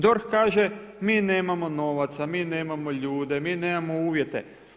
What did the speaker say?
DORH kaže mi nemamo novaca, mi nemamo ljude, mi nemamo uvjete.